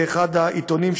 באחד העיתונים,